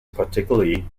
particularly